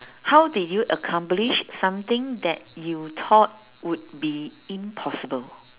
how did you accomplish something that you thought would be impossible